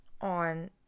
on